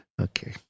okay